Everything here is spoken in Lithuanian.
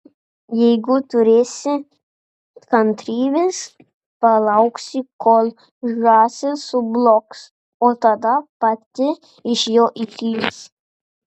jeigu turėsi kantrybės palauksi kol žąsis sublogs o tada pati iš jo išlįs